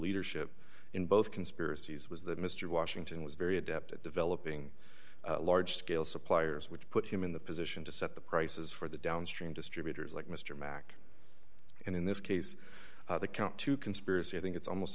leadership in both conspiracies was that mr washington was very adept at developing large scale suppliers which put him in the position to set the prices for the downstream distributors like mr mack and in this case the count to conspiracy i think it's almost